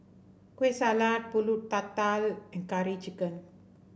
Kueh Salat pulut tatal and Curry Chicken